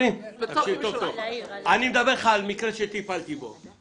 אני מדבר אתך על מקרה שטיפלתי בו,